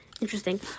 interesting